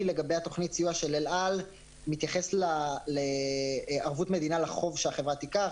לגבי תכנית הסיוע של אל-על מתייחס לערבות מדינה לחוב שהמדינה תיקח,